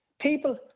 people